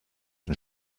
den